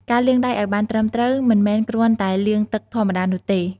ការលាងដៃឱ្យបានត្រឹមត្រូវ មិនមែនគ្រាន់តែលាងទឹកធម្មតានោះទេ។